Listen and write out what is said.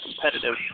competitive